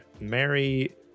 Mary